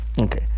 okay